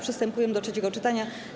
Przystępujemy do trzeciego czytania.